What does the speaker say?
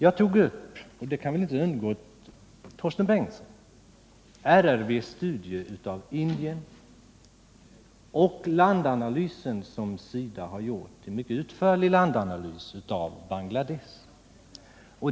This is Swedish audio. RRV:s studier av Indien och SIDA:s mycket utförliga landanalys av Bangladesh kan väl inte ha undgått Torsten Bengtson.